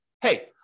hey